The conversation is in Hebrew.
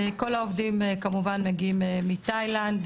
כל העובדים,